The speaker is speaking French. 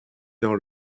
dans